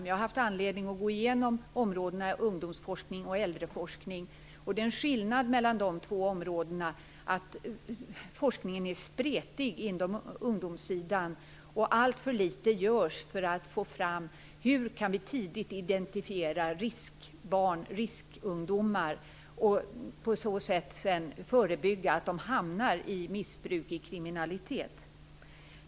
Jag har haft anledning att gå igenom områdena ungdomsforskning och äldreforskning. Det finns en skillnad mellan dessa två områden. Forskningen på ungdomssidan är spretig, och alltför litet görs för att få fram hur man tidigt kan identifiera riskbarn och riskungdomar och sedan förebygga att de hamnar i missbruk och kriminalitet.